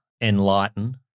enlighten